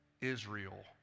Israel